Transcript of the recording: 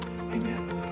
Amen